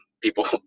people